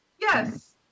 yes